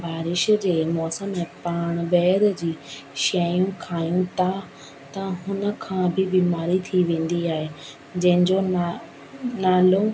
बारिश जे मौसम में पाण ॿाहिरि जी शयूं खाऊं था त हुन खां बि बीमारी थी वेंदी आहे जंहिंजो नालो